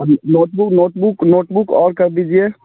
अभी notebook notebook notebook और कर दीजिए